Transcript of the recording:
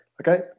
Okay